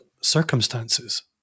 circumstances